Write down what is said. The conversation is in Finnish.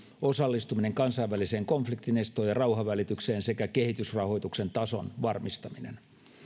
osallistuminen kansainväliseen konfliktinestoon ja rauhanvälitykseen sekä kehitysrahoituksen tason varmistaminen